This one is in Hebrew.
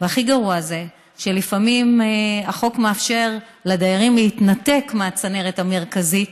הכי גרוע זה שלפעמים החוק מאפשר לדיירים להתנתק מהצנרת המרכזית